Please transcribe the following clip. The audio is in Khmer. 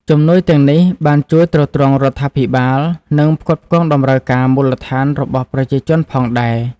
ជំនួយទាំងនេះបានជួយទ្រទ្រង់រដ្ឋាភិបាល និងផ្គត់ផ្គង់តម្រូវការមូលដ្ឋានរបស់ប្រជាជនផងដែរ ។